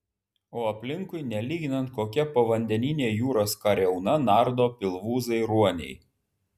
o aplinkui nelyginant kokia povandeninė jūros kariauna nardo pilvūzai ruoniai